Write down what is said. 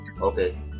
okay